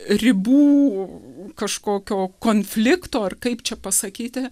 ribų kažkokio konflikto ar kaip čia pasakyti